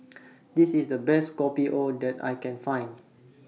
This IS The Best Kopi O that I Can Find